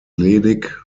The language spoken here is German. ledig